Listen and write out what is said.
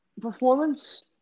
performance